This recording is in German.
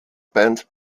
band